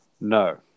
No